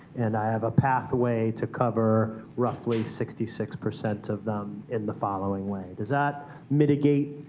and i have a pathway to cover roughly sixty six percent of them in the following way. does that mitigate